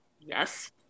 Yes